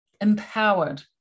empowered